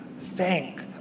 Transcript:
thank